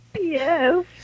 yes